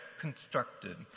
constructed